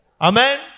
Amen